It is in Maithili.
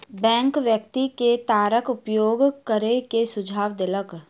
बैंक व्यक्ति के तारक उपयोग करै के सुझाव देलक